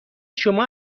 شما